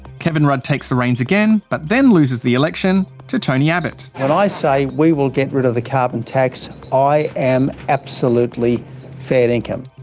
kevin rudd takes the reins again. but then loses the election to tony abbott. when i say we will get rid of the carbon tax, i am absolutely fair dinkum.